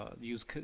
use